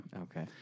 Okay